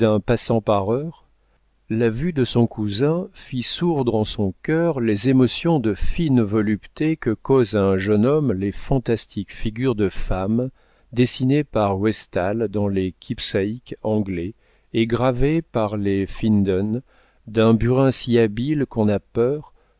passant par heure la vue de son cousin fit sourdre en son cœur les émotions de fine volupté que causent à un jeune homme les fantastiques figures de femmes dessinées par westall dans les keepsake anglais et gravées par les finden d'un burin si habile qu'on a peur